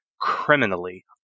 criminally